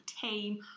team